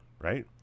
right